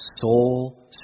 soul